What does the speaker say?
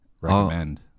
recommend